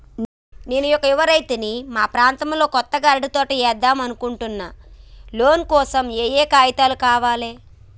నేను ఒక యువ రైతుని మా ప్రాంతంలో కొత్తగా అరటి తోట ఏద్దం అనుకుంటున్నా లోన్ కోసం ఏం ఏం కాగితాలు కావాలే?